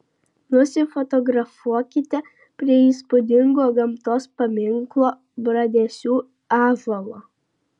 nusifotografuokite prie įspūdingo gamtos paminklo bradesių ąžuolo